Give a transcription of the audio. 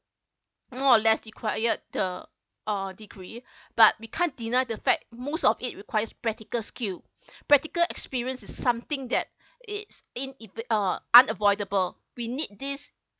more or less required the uh degree but we can't deny the fact most of it requires practical skill practical experience is something that it's inev~ uh unavoidable we need this